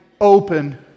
open